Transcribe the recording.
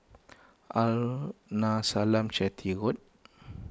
Arnasalam Chetty Road